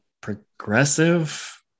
progressive